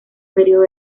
período